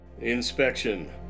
Inspection